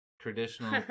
traditional